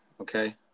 okay